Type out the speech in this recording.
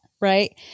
right